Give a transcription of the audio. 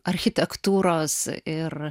architektūros ir